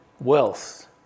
wealth